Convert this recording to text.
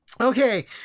Okay